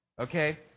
Okay